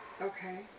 Okay